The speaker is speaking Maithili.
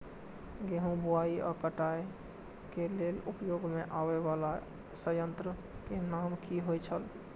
गेहूं बुआई आ काटय केय लेल उपयोग में आबेय वाला संयंत्र के नाम की होय छल?